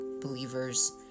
believers